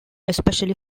especially